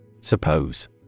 Suppose